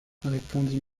répondit